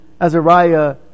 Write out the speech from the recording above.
Azariah